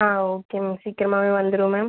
ஆ okay ma'am சீக்கிரமாகவே வந்துரும் ma'am